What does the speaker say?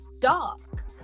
dark